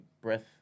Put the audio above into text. breath